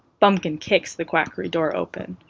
bumpkin kicks the quackery door open,